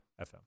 FM